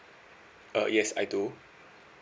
uh yes I do